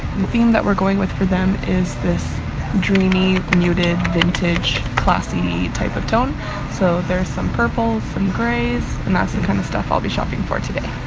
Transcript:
theme that we're going with for them is this dreamy muted vintage classy type of tone so there are some purples grays and that's the kind of stuff. i'll be shopping for today